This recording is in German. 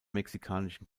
mexikanischen